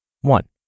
One